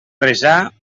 resar